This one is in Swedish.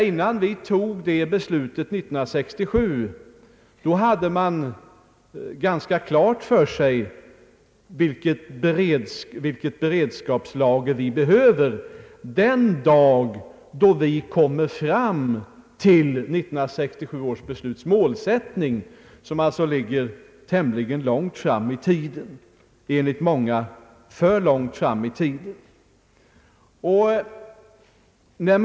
Innan vi tog det beslutet 1967 hade vi ganska klart för oss vilket beredskapslager vi behöver den dag då vi kommer fram till målsättningen i 1967 års beslut, en dag som ligger tämligen långt fram i tiden, enligt många allt för långt.